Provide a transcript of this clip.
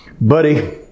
buddy